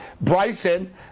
Bryson